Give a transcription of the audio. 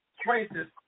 traces